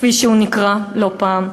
כפי שהוא נקרא לא פעם,